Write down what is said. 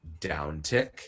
downtick